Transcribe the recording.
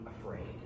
afraid